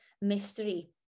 mystery